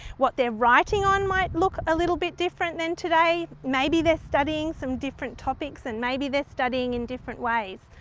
what they're writing on might look a little bit different than today, maybe they're studying some different topics and maybe they're studying in different ways.